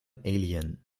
alien